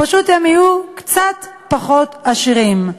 פשוט הם יהיו קצת פחות עשירים,